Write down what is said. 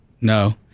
No